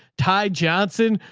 ty johnson.